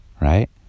Right